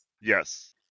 Yes